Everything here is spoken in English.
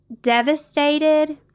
devastated